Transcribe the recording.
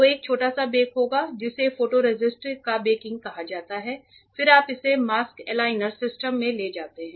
तो एक छोटा सा बेक होगा जिसे फोटोरेसिस्ट का बेकिंग कहा जाता है फिर आप इसे मास्क एलाइनर सिस्टम में ले जाते हैं